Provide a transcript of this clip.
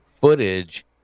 footage